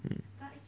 mm